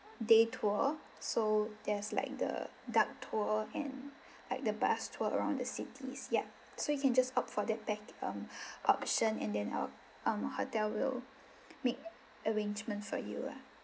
day tour so there's like the duck tour and like the bus tour around the city's ya so you can just opt for that pack um option and then our um hotel will make arrangement for you lah